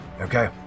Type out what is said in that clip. Okay